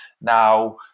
now